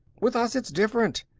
with us, it's different.